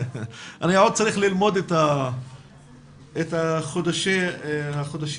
אני עוד צריך ללמוד את החודשים העבריים.